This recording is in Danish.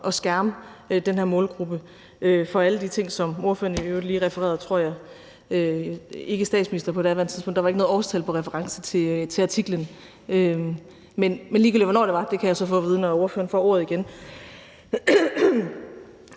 at skærme den her målgruppe for alle de ting, som ordføreren i øvrigt lige refererede. Partiformanden var ikke, tror jeg, statsminister på daværende tidspunkt; der var ikke noget årstal på referencen til artiklen. Men ligegyldigt hvornår det var – det kan jeg så få at vide, når spørgeren får ordet igen